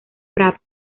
pratt